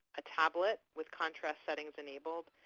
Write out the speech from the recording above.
a tablet with contrast settings enabled,